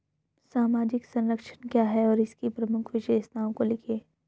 सामाजिक संरक्षण क्या है और इसकी प्रमुख विशेषताओं को लिखिए?